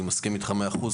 ואני מסכים איתך מאה אחוז.